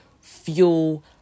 fuel